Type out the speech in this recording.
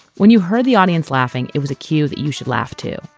when you heard the audience laughing, it was a cue that you should laugh too.